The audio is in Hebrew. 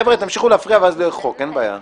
חבר'ה, תמשיכו להפריע ואז לא יהיה חוק, אין בעיה.